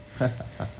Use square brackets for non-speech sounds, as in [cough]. [laughs]